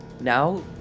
now